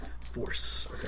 force